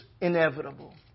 inevitable